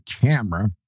camera